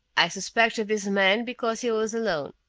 i suspected this man because he was alone.